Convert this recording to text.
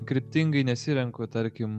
kryptingai nesirenku tarkim